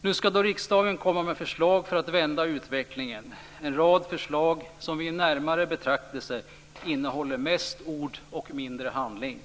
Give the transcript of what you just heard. Nu skall riksdagen komma med förslag för att vända utvecklingen - en rad förslag som vid närmare betraktelse mest innehåller ord och mindre handling.